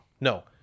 No